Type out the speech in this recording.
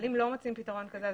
אבל אם לא מוצאים פתרון כזה,